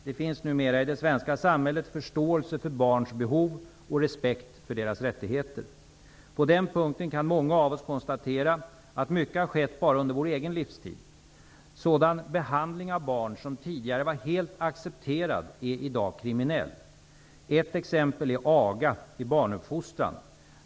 Det finns numera i det svenska samhället förståelse för barns behov och respekt för deras rättigheter. På den punkten kan många av oss konstatera att mycket har skett bara under vår egen livstid. Sådan behandling av barn som tidigare var helt accepterad är i dag kriminell. Ett exempel är aga i barnuppfostran.